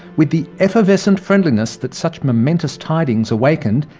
with the effervescent friendliness that such momentous tidings awakened,